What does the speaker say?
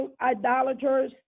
idolaters